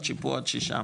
עד שפה עד ששם.